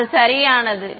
எனவே அது சரியானது